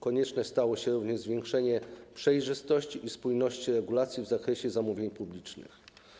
Koniecznie stało się również zwiększenie przejrzystości i spójności regulacji w zakresie zamówień publicznych.